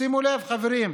שימו לב, חברים: